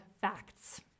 facts